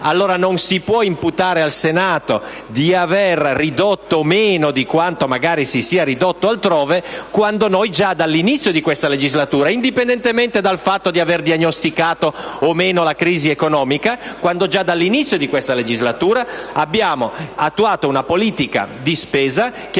reali. Non si può imputare al Senato di aver ridotto meno di quanto magari si sia ridotto altrove, quando noi già dall'inizio di questa legislatura, indipendentemente dal fatto di aver diagnosticato o meno la crisi economica, abbiamo attuato una politica che